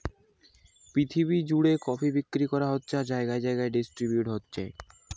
পৃথিবী জুড়ে কফি বিক্রি করা হচ্ছে আর জাগায় জাগায় ডিস্ট্রিবিউট হচ্ছে